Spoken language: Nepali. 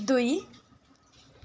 दुई